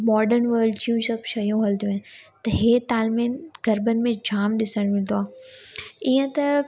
modern world जूं सभु शयूं हलंदियूं आहिनि त हीअ तालमेल गरबनि में जाम ॾिसण मिलंदो आहे ईअं त